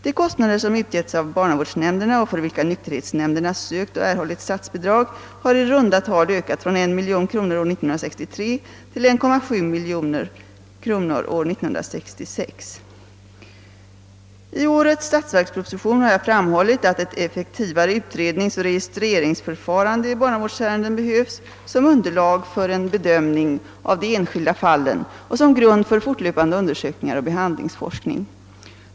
De kostnader som utgetts av barnavårdsnämnderna och för vilka nykterhetsnämnderna sökt och erhållit statsbidrag har i runda tal ökat från 1 miljon kronor år 1963 till 1,7 miljon kronor år 1966. I årets statsverksproposition har jag framhållit att ett effektivare utredningsoch registreringsförfarande i barnavårdsärenden behövs som underlag för en bedömning av de enskilda fallen och som grund för fortlöpande undersökningar och behandlingsforskning.